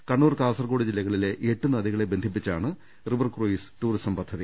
കണ്ണൂർ കാസർകോട് ജില്ലകളിലെ എട്ട് നദികളെ ബന്ധിപ്പിച്ചാണ് റിവർ ക്രൂയിസ് ടൂറിസം പദ്ധതി